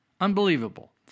Unbelievable